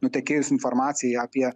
nutekėjus informacijai apie